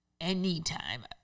anytime